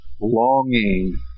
longing